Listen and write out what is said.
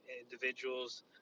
individuals